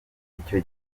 icyo